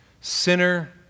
Sinner